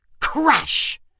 Crash